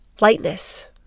lightness